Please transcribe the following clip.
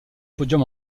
podium